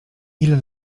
ile